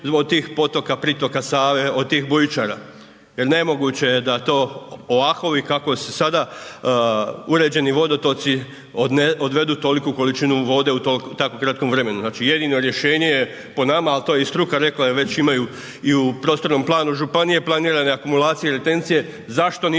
od tih potoka, pritoka Save, od tih bujičara jer nemoguće je da to ovako kako su sada uređeni vodotoci, odvedu toliku količine vode u tako kratkom vremenu, znači jedino rješenje je po nama ali to je i struka rekla, već imaju i u prostornom planu županije, planirane akumulacije retencije, zašto nisu